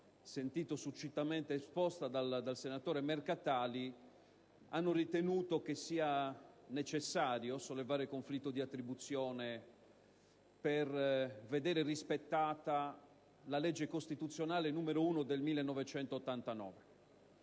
sentito succintamente esposta dal senatore Mercatali, hanno ritenuto che sia necessario sollevare il conflitto di attribuzione per vedere rispettata la legge costituzionale n. 1 del 1989.